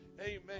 Amen